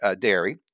dairy